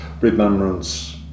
Remembrance